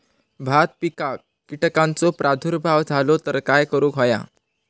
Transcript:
भात पिकांक कीटकांचो प्रादुर्भाव झालो तर काय करूक होया?